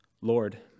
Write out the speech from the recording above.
Lord